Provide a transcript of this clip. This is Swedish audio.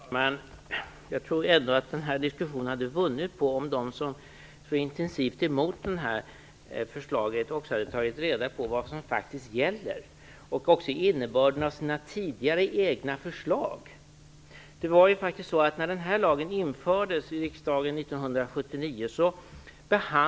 Fru talman! Jag tror ändå att den här diskussionen hade vunnit på att de som så intensivt är emot förslaget också hade tagit reda på vad som faktiskt gäller och även vad deras egna tidigare förslag innebär.